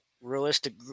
realistic